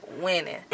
winning